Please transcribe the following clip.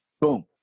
Boom